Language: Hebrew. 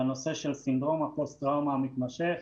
שותף לשינוי חקיקה בעניין סינדרום הפוסט טראומה המתמשך.